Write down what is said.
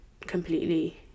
completely